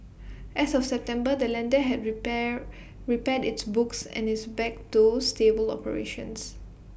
as of September the lender had repair repaired its books and is back to stable operations